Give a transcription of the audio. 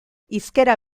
hizkera